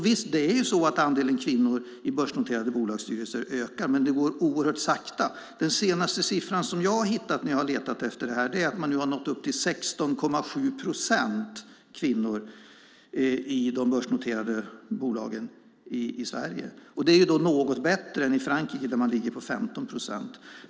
Visst ökar andelen kvinnor i de börsnoterade bolagens styrelser, men det går mycket sakta. Den senaste siffran jag hittat är att man nu nått 16,7 procent i de börsnoterade bolagen i Sverige. Det är något bättre än nivån i Frankrike, där man ligger på 15 procent.